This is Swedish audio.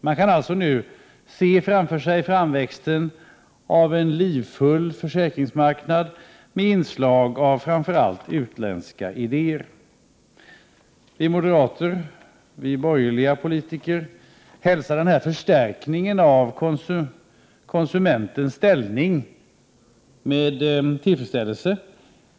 Man kan nu se framför sig framväxten av en livfull försäkringsmarknad med inslag av framför allt utländska idéer. Vi moderater, vi borgerliga politiker, hälsar denna förstärkning av konsumentens ställning med tillfredsställelse.